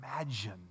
imagine